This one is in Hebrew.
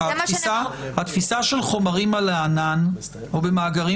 התפיסה של חומרים על הענן או במאגרים